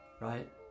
right